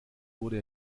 wurde